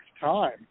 time